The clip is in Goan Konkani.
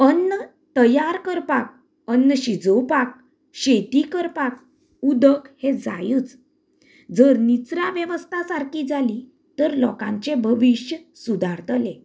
अन्न तयार करपाक अन्न शिजोवपाक शेती करपाक उदक हे जायच जर निचरां वेवस्था सारकीं जाली तर लोकांचे भविश्य सुदारतले